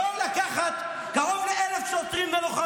היום היינו צריכים להיות בבתים עם הילדים שלנו.